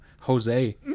Jose